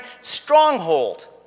stronghold